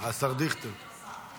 דיכטר שר.